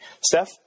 Steph